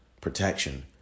protection